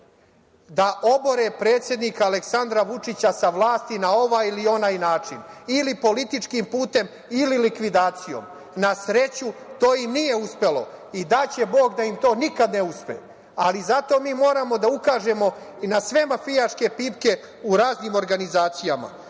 da obore predsednika Aleksandra Vučića sa vlasti na ovaj ili onaj način, ili političkim putem ili likvidacijom. Na sreću to im nije uspelo i daće Bog da im nikad ne uspe. Zato mi moramo da ukažemo na sve mafijaške pipke u raznim organizacijama,